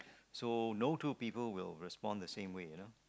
so no two people will respond the same way you know